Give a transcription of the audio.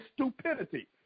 stupidity